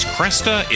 Cresta